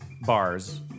bars